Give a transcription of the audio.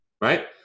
right